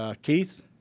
um keith?